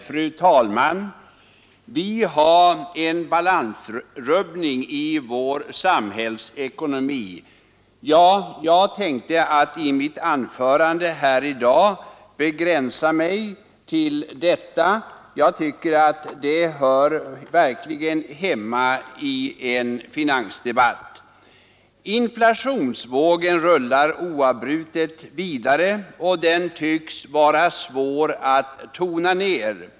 Fru talman! Vi har en balansrubbning i vår samhällsekonomi. Jag tänkte begränsa mig till detta i mitt anförande här i dag; jag tycker att det verkligen hör hemma i en finansdebatt. Inflationsvågen rullar oavbrutet vidare, och den tycks vara svår att tona ner.